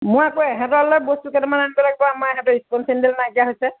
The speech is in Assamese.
মই আকৌ ইহঁতলে বস্তু কেইটামান আনিব লাগিব আমাৰ ইহঁতৰ স্কুল চেণ্ডেল নাইকিয়া হৈছে